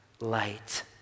light